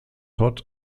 todd